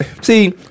See